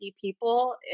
people